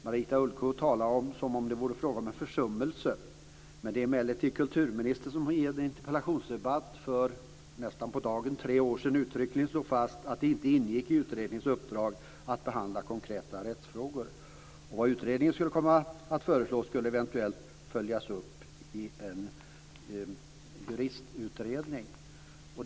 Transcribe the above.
Marita Ulvskog talar om detta som om det vore fråga om en försummelse, men det var kulturministern själv som i en interpellationsdebatt för nästan på dagen tre år sedan uttryckligen slog fast att det inte ingick i utredningens uppdrag att behandla konkreta rättsfrågor. Vad utredningen skulle komma att föreslå skulle eventuellt följas upp i en juristutredning.